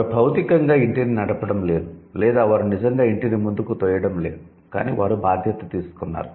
వారు భౌతికంగా ఇంటిని నడపడం లేదు లేదా వారు నిజంగా ఇంటిని ముందుకు తోయడం లేదు కానీ వారు బాధ్యత తీసుకున్నారు